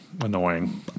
annoying